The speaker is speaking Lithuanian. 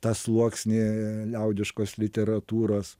tą sluoksnį liaudiškos literatūros